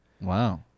Wow